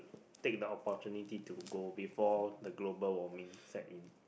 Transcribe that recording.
take about the opportunity to go before the global warming set in